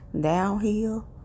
downhill